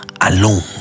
alone